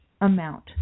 amount